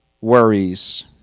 worries